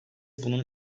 bunun